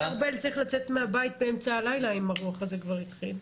ארבל צריך לצאת מהבית באמצע הלילה אם הרוח הזה כבר התחיל?